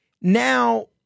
Now